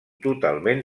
totalment